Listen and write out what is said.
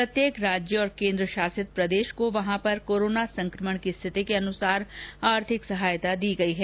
प्रत्येक राज्य और केन्द्रशासित प्रदेश को वहां पर कोरोना संक्रमण की स्थिति के अनुसार आर्थिक सहायता दी गई है